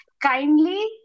kindly